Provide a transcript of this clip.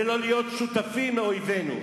ולא להיות שותפים לאויבינו.